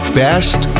best